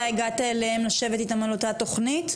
הגעת אליהם לשבת איתם על אותה תוכנית?